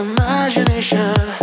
Imagination